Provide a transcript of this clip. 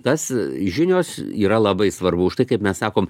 tas žinios yra labai svarbu už tai kaip mes sakom